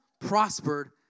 prospered